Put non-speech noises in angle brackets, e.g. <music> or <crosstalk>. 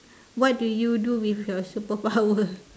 what do you do with your <laughs> superpower